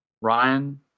Ryan